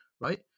right